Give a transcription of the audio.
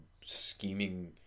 scheming